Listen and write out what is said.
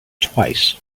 twice